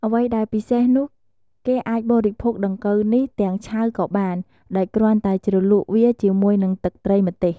អ្វីដែលពិសេសនោះ គេអាចបរិភោគដង្កូវនេះទាំងឆៅក៏បាន ដោយគ្រាន់តែជ្រលក់វាជាមួយនឹងទឹកត្រីម្ទេស។